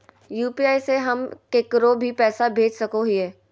UPI से हम केकरो भी पैसा भेज सको हियै?